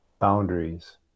boundaries